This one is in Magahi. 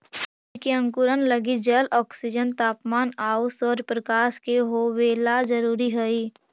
बीज के अंकुरण लगी जल, ऑक्सीजन, तापमान आउ सौरप्रकाश के होवेला जरूरी हइ